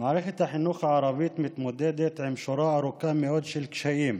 מערכת החינוך הערבית מתמודדת עם שורה ארוכה מאד של קשיים,